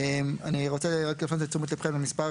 אני רוצה להפנות את תשומת לבכם למספר